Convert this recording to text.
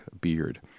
beard